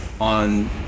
on